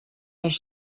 els